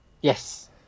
yes